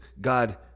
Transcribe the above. God